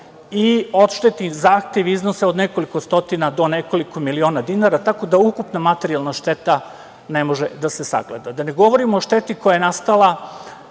i odštetni zahtev iznose od nekoliko stotina do nekoliko miliona dinara, tako da ukupna materijalna šteta ne može da se sagleda. Da ne govorim o šteti koja je nastala